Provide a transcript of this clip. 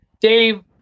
Dave